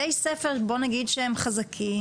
בתי ספר בוא נגיד שהם חזקים,